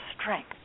strength